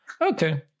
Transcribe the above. Okay